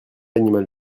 animal